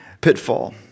pitfall